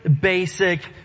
basic